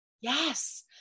Yes